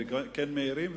וכן מעירים,